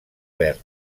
verd